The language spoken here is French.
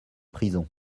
prison